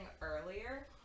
earlier